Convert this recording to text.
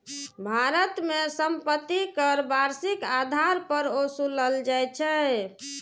भारत मे संपत्ति कर वार्षिक आधार पर ओसूलल जाइ छै